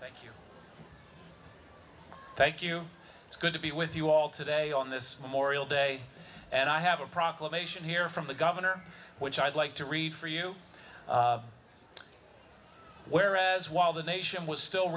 thank you thank you it's good to be with you all today on this memorial day and i have a proclamation here from the governor which i'd like to read for you whereas while the nation was still